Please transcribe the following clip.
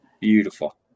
Beautiful